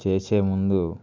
చేసేముందు